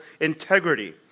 integrity